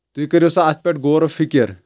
تُہۍ کٔرو سا اَتھ پٮ۪ٹھ غورو فِکِر